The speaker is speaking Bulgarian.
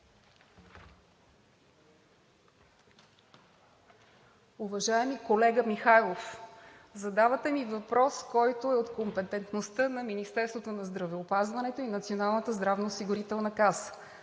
Уважаеми колега Михайлов, задавате ми въпрос, който е в компетентността на Министерството на здравеопазването и Националната здравноосигурителна каса.